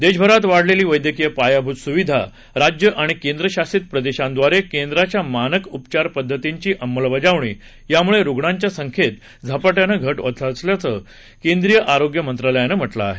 देशभरात वाढलेली वद्यक्रीय पायाभूत सुविधा राज्य आणि केंद्रशासित प्रदेशांद्वारे केंद्राच्या मानक उपचार पद्धतींची अंमलबजावणी यामुळे रुग्णांच्या संख्येत झपाट्यानं घट होत असल्याचं केंद्रीय आरोग्य मंत्रालयानं म्हटलं आहे